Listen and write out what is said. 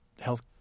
health